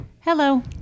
Hello